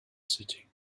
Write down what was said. city